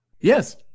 Yes